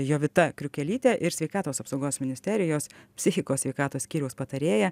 jovita kriukelytė ir sveikatos apsaugos ministerijos psichikos sveikatos skyriaus patarėja